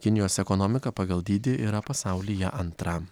kinijos ekonomika pagal dydį yra pasaulyje antra